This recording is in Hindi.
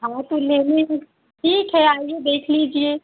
हाँ वो तो लेंगे ठीक है आइये देख लीजिये